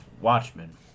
Watchmen